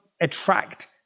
attract